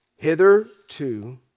Hitherto